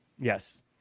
yes